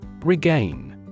Regain